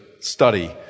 study